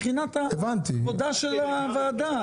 מבחינת כבודה של הוועדה.